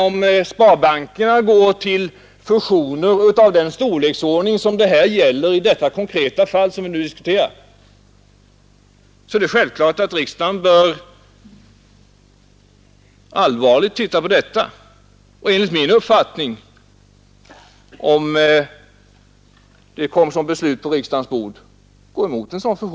Om sparbankerna gick samman och fusionerade i den storleksordning, som gäller i det konkreta fall som vi nu diskuterar, är det självklart att riksdagen bör allvarligt granska denna fråga och enligt min uppfattning, om det kommer som förslag på riksdagens bord, gå emot ett sådant förslag.